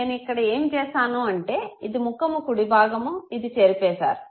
నేను ఇక్కడ ఏమి చేశాను అంటే ఇది ముఖము కుడి భాగము ఇది చెరిపేసారు